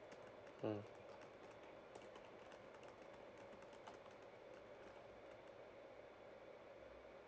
mm